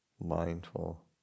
mindful